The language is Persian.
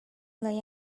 لای